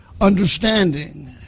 Understanding